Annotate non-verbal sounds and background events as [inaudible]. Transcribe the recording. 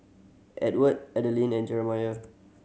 Edward Adalyn and [unintelligible]